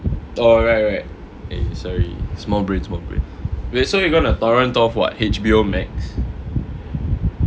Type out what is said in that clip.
oh right right eh sorry small brain small brain wait so you're gonna torrent of what H_B_O Max